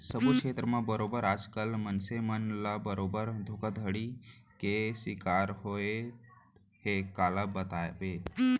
सब्बो छेत्र म बरोबर आज कल मनसे मन ह बरोबर धोखाघड़ी के सिकार होवत हे काला बताबे